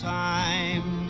time